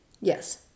Yes